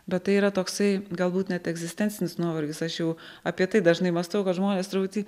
bet tai yra toksai galbūt net egzistencinis nuovargis aš jau apie tai dažnai mąstau kad žmonės turbūt į